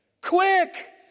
Quick